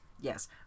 Yes